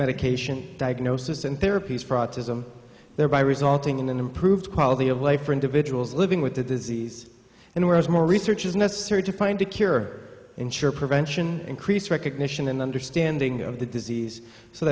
medication diagnosis and therapies for autism thereby resulting in an improved quality of life for individuals living with the disease and whereas more research is necessary to find a cure or ensure prevention increased recognition and understanding of the disease so